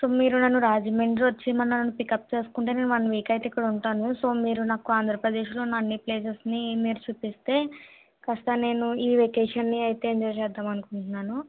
so మీరు నన్ను రాజమండ్రి వచ్చి మరి నన్ను పికప్ చేసుకుంటే నేను వన్ వీక్ అయితే ఇక్కడ ఉంటాను సో మీరు నాకు ఆంధ్రప్రదేశ్లో ఉన్న అన్నీ ప్లేసెస్ని మీరు చూపిస్తే కాస్త నేను ఈ వెకేషన్ని అయితే ఎంజాయ్ చేద్దామని అనుకుంటున్నాను